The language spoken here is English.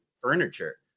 furniture